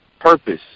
purpose